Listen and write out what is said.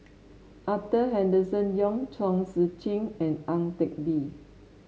Arthur Henderson Young Chong Tze Chien and Ang Teck Bee